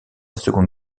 seconde